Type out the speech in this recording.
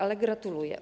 Ale gratuluję.